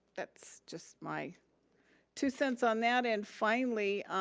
that's just my two cents on that and finally,